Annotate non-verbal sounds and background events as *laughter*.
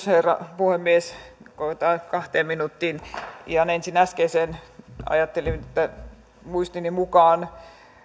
*unintelligible* herra puhemies koetetaan nyt kahteen minuuttiin ihan ensin äskeiseen ajattelin *unintelligible* että muistini mukaan